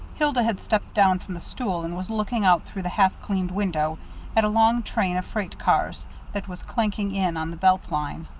hilda had stepped down from the stool, and was looking out through the half-cleaned window at a long train of freight cars that was clanking in on the belt line.